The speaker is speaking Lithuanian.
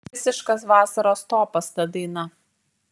visiškas vasaros topas ta daina